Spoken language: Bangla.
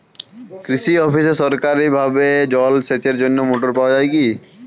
কৃষি অফিসে সরকারিভাবে জল সেচের জন্য মোটর পাওয়া যায় কি?